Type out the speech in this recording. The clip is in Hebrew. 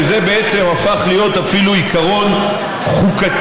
וזה בעצם הפך להיות אפילו עיקרון חוקתי,